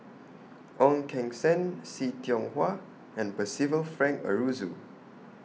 Ong Keng Sen See Tiong Hwa and Percival Frank Aroozoo